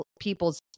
people's